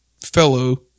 fellow